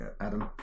Adam